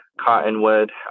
cottonwood